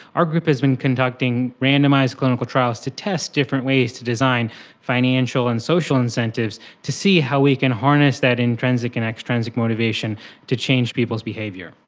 our group has been conducting randomised clinical trials to test different ways to design financial and social incentives to see how we can harness that intrinsic and extrinsic motivation to change people's behaviour.